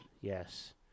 yes